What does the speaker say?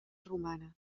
romana